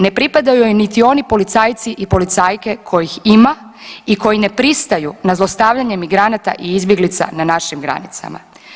Ne pripadaju joj niti oni policajci i policajke kojih ima i koji ne pristaju na zlostavljanje migranata i izbjeglica na našim granicama.